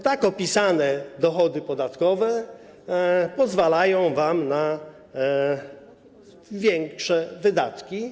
Tak opisane dochody podatkowe pozwalają wam na większe wydatki.